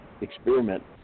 experiment